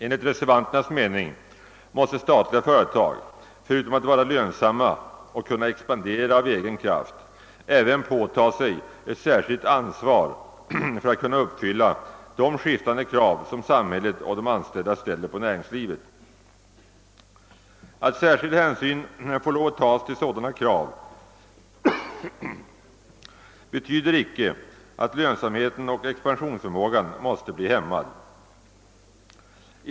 Enligt reservanternas mening måste statliga företag förutom att vara lön samma och kunna expandera av egen kraft även påta sig ett särskilt ansvar för att kunna uppfylla de skiftande krav som samhället och de anställda ställer på näringslivet. Att särskild hänsyn får lov att tas till sådana krav betyder inte att lönsamheten och expansionsförmågan måste bli hämmad.